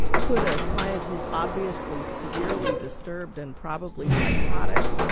could a client who's obviously severely disturbed and probably psychotic,